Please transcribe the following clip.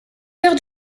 heures